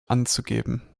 anzugeben